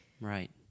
Right